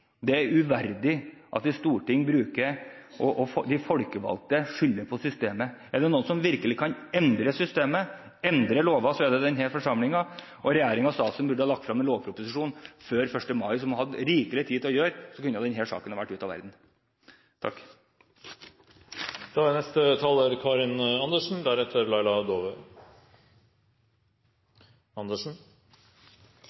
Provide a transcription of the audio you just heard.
Det er uverdig at et storting og de folkevalgte skylder på systemet. Er det noen som virkelig kan endre systemet, endre lover, er det denne forsamlingen, og regjeringen og statsråden burde ha lagt frem en lovproposisjon før 1. mai, som de hadde hatt rikelig tid til å gjøre. Da kunne denne saken vært ute av verden.